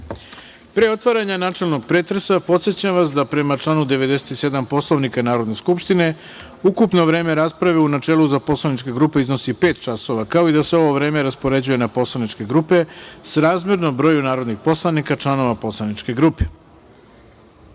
otvaranja načelnog pretresa, podsećam vas da, prema članu 97. Poslovnika Narodne skupštine, ukupno vreme rasprave u načelu za poslaničke grupe iznosi pet časova, kao i da se ovo vreme raspoređuje na poslaničke grupe srazmerno broju narodnih poslanika članova poslaničke grupe. Molim